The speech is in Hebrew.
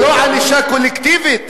זה לא ענישה קולקטיבית.